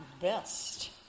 best